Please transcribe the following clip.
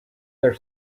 their